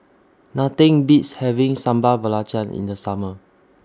Nothing Beats having Sambal Belacan in The Summer